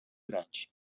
grande